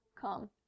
come